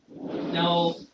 No